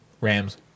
Rams